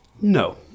no